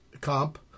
Comp